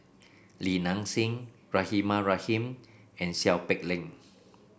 Li Nanxing Rahimah Rahim and Seow Peck Leng